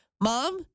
Mom